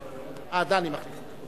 לא, דני מחליף אותי.